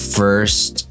first